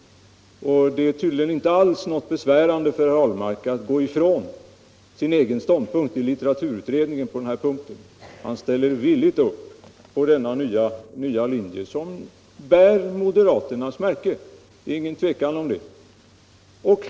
Det är tydligen inte alls besvärande för herr Ahlmark att gå ifrån sin egen ståndpunkt i litteraturutredningen på den här punkten. Han ställer villigt upp på denna nya linje, som bär moderaternas märke — det är ingen tvekan om det.